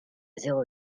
zéro